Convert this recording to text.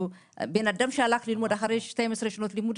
בן אדם שהלך ללמוד אחרי 12 שנות לימוד,